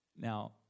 Now